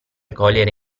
cogliere